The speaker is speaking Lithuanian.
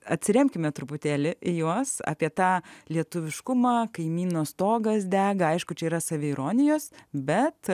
atsiremkime truputėlį į juos apie tą lietuviškumą kaimyno stogas dega aišku čia yra saviironijos bet